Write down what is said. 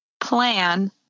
Plan